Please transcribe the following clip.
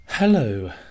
Hello